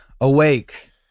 awake